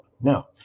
Now